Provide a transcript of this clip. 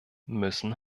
müssen